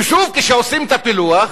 ושוב, כשעושים את הפילוח